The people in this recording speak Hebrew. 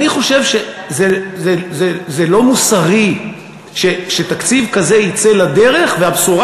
אני חושב שזה לא מוסרי שיֵצא לדרך תקציב כזה שהבשורה